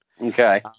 Okay